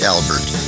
Albert